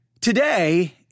Today